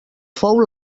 fou